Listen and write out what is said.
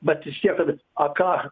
bet vis tiek a ką